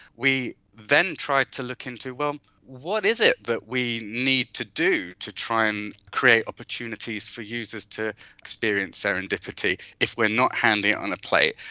we then tried to look into, well, what is it that we need to do to try and create opportunities for users to experience serendipity if we are not handing it on a plate?